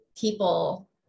people